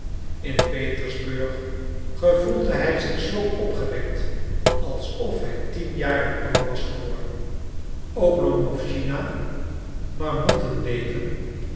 in petersburg gevoelde hij zich zoo opgewekt alsof hij tien jaren jonger was geworden oblomowschina marmottenleven